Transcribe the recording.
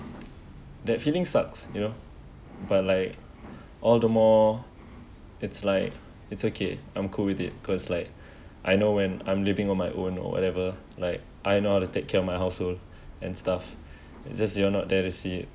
that feeling sucks you know but like all the more it's like it's okay I'm cool with it cause like I know when I'm living on my own or whatever like I know how to take care of my household and stuff it's just you or not there to see it